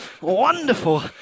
wonderful